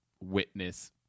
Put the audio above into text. witness